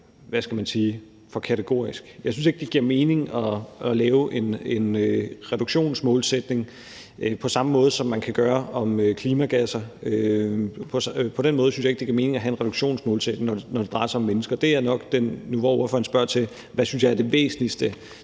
hvad skal man sige, for kategorisk. Jeg synes ikke, det giver mening at lave en reduktionsmålsætning på samme måde, som man kan gøre det for klimagasser. På den måde synes jeg ikke det giver mening at have en reduktionsmålsætning, når det drejer sig om mennesker. Det er nok den, i forhold til når ordføreren spørger til, hvad jeg synes er den væsentligste